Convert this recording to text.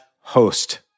host